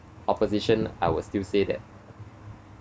opposition I will still say that